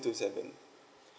two seven